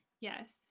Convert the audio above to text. Yes